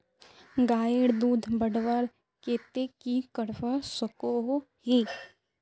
गायेर दूध बढ़वार केते की करवा सकोहो ही?